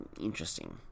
interesting